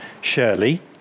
Shirley